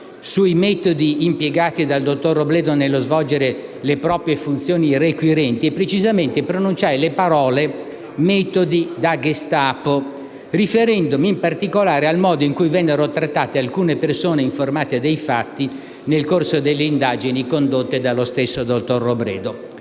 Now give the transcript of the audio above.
sui metodi impiegati dal dottor Robledo nello svolgere le proprie funzioni requirenti e, precisamente, pronunciai le parole «metodi da Gestapo», riferendomi in particolare al modo in cui vennero trattate alcune persone, informate dei fatti, nel corso delle indagini condotte dallo stesso dottor Robledo.